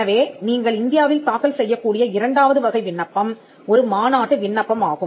எனவே நீங்கள் இந்தியாவில் தாக்கல் செய்யக்கூடிய இரண்டாவது வகை விண்ணப்பம் ஒரு மாநாட்டு விண்ணப்பம் ஆகும்